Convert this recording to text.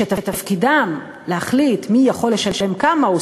שתפקידם להחליט מי יכול לשלם כמה,